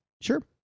Sure